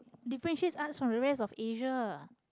differentiates us from the rest of asia